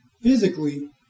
physically